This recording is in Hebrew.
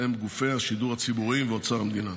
הם גופי השידור הציבוריים ואוצר המדינה.